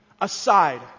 Aside